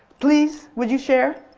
please, would you share?